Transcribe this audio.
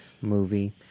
movie